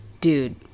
dude